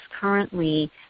currently